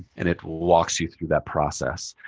and it walks you through that process.